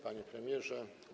Panie Premierze!